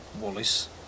Wallace